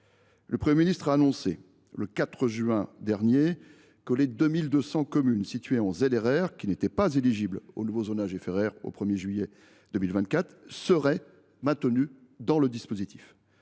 Le Premier ministre a annoncé le 4 juin dernier que les 2 200 communes situées en ZRR qui n’étaient pas éligibles au nouveau zonage FRR au 1 juillet 2024 seraient maintenues dans le dispositif.